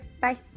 Bye